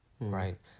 right